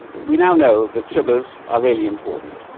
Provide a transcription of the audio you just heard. we now know that sugars are really important,